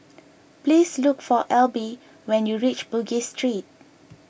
please look for Elby when you reach Bugis Street